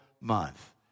month